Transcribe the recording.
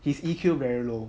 his E_Q very low